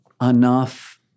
enough